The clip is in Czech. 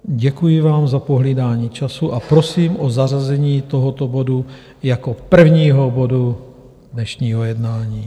Děkuji vám za pohlídání času a prosím o zařazení tohoto bodu jako prvního bodu dnešního jednání.